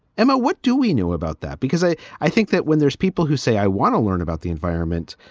emma, what do we knew about that? because i i think that when there's people who say i want to learn about the environment,